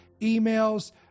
emails